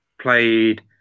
played